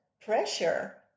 pressure